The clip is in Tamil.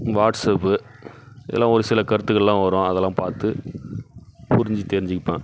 வாட்ஸ்அப்பு இதெல்லாம் ஒரு சில கருத்துக்கள்லாம் வரும் அதெல்லாம் பார்த்து புரிஞ்சு தெரிஞ்சிப்பேன்